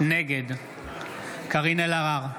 נגד קארין אלהרר,